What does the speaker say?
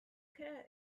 care